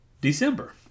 December